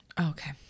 okay